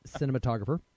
cinematographer